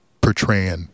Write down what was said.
portraying